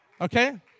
Okay